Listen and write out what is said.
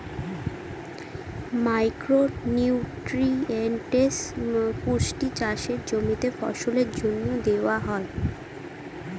micro nutrients পুষ্টি চাষের জমিতে ফসলের জন্য দেওয়া হয়